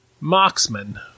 Marksman